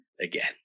again